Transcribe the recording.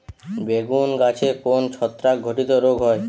বেগুন গাছে কোন ছত্রাক ঘটিত রোগ হয়?